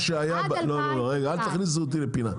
עד 2001. לא לא רגע אל תכניסו אותי לפינה,